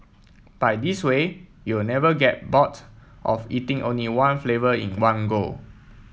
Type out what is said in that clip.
by this way you will never get bored of eating only one flavour in one go